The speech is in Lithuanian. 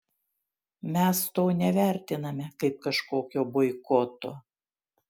mes to nevertiname kaip kažkokio boikoto